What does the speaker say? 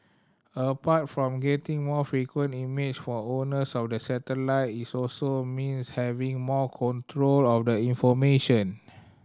apart from getting more frequent image for owners of the satellite its also means having more control of the information